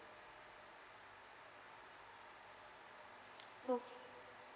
okay